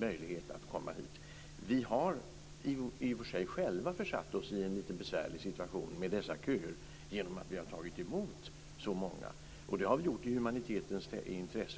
möjlighet att komma hit. Vi har i och för sig själva försatt oss i en lite besvärlig situation med dessa köer genom att vi har tagit emot så många. Det har vi gjort i humanitetens intresse.